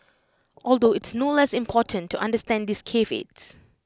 although it's no less important to understand these caveats